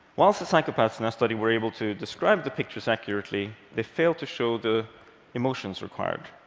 whilst the psychopaths in our study were able to describe the pictures accurately, they failed to show the emotions required.